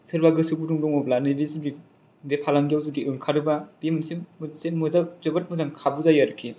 सोरबा गोसो गुदुं दङब्ला नैबे जिबिक बे फालांगियाव जुदि ओंखारोबा बे मोनसे मोनसे मोजां जोबोद मोजां खाबु जायो आरोखि